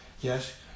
yes